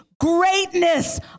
greatness